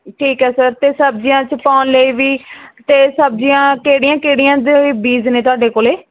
ਠੀਕ ਹੈ ਸਰ ਅਤੇ ਸਬਜ਼ੀਆਂ 'ਚ ਪਾਉਣ ਲਈ ਵੀ ਅਤੇ ਸਬਜ਼ੀਆਂ ਕਿਹੜੀਆਂ ਕਿਹੜੀਆਂ ਦੇ ਬੀਜ਼ ਨੇ ਤੁਹਾਡੇ ਕੋਲ